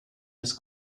jetzt